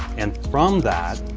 and from that,